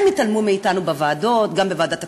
הם התעלמו מאתנו בוועדות, גם בוועדת הכספים,